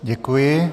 Děkuji.